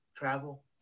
Travel